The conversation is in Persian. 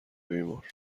بیمار